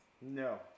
No